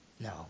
No